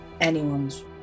anyone's